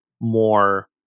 more